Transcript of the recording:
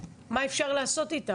מה אפשר לעשות איתם?